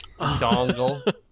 Dongle